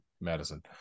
Madison